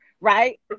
right